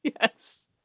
Yes